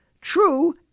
true